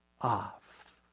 off